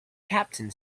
captain